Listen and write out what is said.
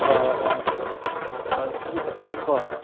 ꯑꯣ ꯑꯣ ꯍꯣꯏ ꯍꯧꯖꯤꯛ ꯍꯥꯏꯌꯨꯀꯣ